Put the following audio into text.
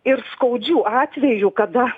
ir skaudžių atvejų kada